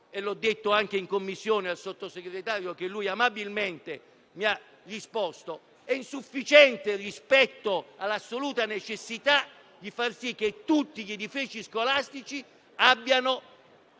(e l'ho detto anche in Commissione al Sottosegretario, che amabilmente mi ha risposto) è insufficiente rispetto all'assoluta necessità di far sì che tutti gli edifici scolastici possano essere